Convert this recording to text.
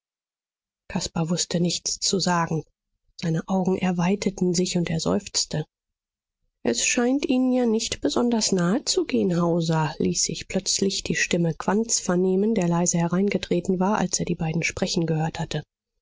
caspar wußte nichts zu sagen seine augen erweiterten sich und er seufzte es scheint ihnen ja nicht besonders nahezugehen hauser ließ sich plötzlich die stimme quandts vernehmen der leise hereingetreten war als er die beiden sprechen gehört hatte